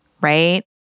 right